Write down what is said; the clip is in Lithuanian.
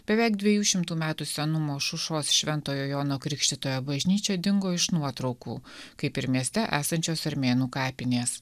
beveik dviejų šimtų metų senumo šušos šventojo jono krikštytojo bažnyčia dingo iš nuotraukų kaip ir mieste esančios armėnų kapinės